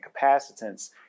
capacitance